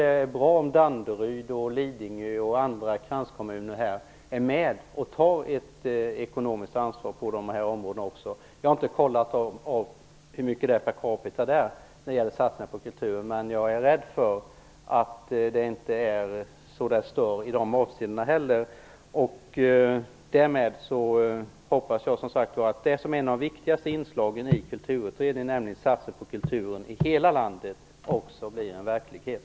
Det är bra om Danderyd, Lidingö och andra kranskommuner här är med om att ta ett ekonomiskt ansvar också på de nu aktuella områdena. Jag har inte kollat hur mycket som där betalas per capita för satsningar på kulturen, men jag är rädd för att det inte är så mycket att det stör i de avseendena. Jag hoppas med detta, som sagt, att ett av de viktigaste inslagen i Kulturutredningen, nämligen satsningen på kulturen i hela landet, skall bli en verklighet.